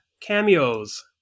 cameos